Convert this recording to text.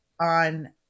on